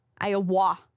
Iowa